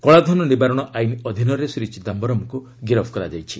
କଳାଧନ ନିବାରଣ ଆଇନ୍ ଅଧୀନରେ ଶ୍ରୀ ଚିଦାୟରମ୍ଙ୍କୁ ଗିରଫ୍ କରାଯାଇଛି